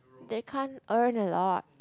they can't earn a lot